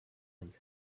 and